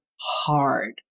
hard